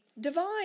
divine